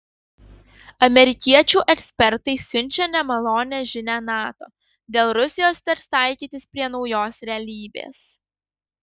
amerikiečių ekspertai siunčia nemalonią žinią nato dėl rusijos teks taikytis prie naujos realybės